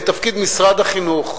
זה תפקיד משרד החינוך.